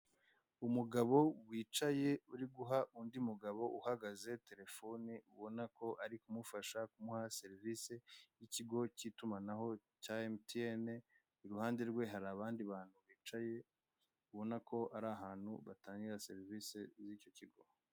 Umugabo wicaye, uri guha undi mugabo uhagaze telefoni, ubona ko ari kumufasha kumuha serivisi y'ikigo cy'itumanaho cya MTN. Iruhande rwe hari abandi bantu bicaye, ubona ko ari ahantu batangira serivisi y'icyo kigo.